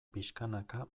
pixkanaka